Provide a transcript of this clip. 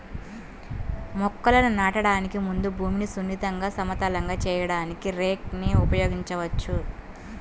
మొక్కలను నాటడానికి ముందు భూమిని సున్నితంగా, సమతలంగా చేయడానికి రేక్ ని ఉపయోగించవచ్చు